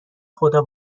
خدا